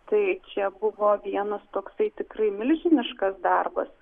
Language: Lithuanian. tai čia buvo vienas toksai tikrai milžiniškas darbas